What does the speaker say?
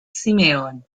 simeón